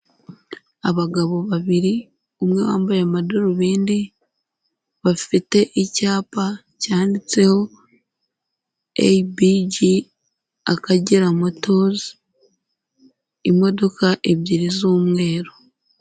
Abagabo babiri umwe wambaye amadarubindi, bafite icyapa cyanditseho eyibiji Akagera motozi, imodoka ebyiri z'umweru.